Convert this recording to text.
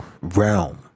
realm